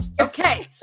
okay